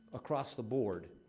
across the board.